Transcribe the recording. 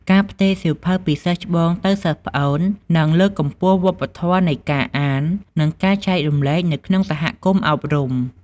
ការផ្ទេរសៀវភៅពីសិស្សច្បងទៅសិស្សប្អូន និងលើកកម្ពស់វប្បធម៌នៃការអាន និងការចែករំលែកនៅក្នុងសហគមន៍អប់រំ។